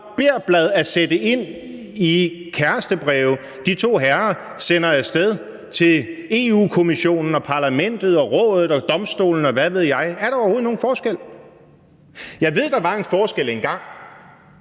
barberblad at sætte ind i de kærestebreve, de to herrer sender af sted til Europa-Kommissionen og Parlamentet og Rådet og Domstolen, og hvad ved jeg? Er der overhovedet nogen forskel? Jeg ved, at der var en forskel engang,